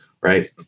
right